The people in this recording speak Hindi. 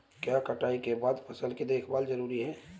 क्या कटाई के बाद फसल की देखभाल जरूरी है?